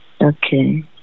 Okay